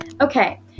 okay